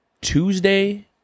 Tuesday